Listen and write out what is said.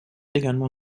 également